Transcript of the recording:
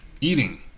Eating